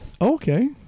Okay